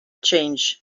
change